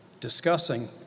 discussing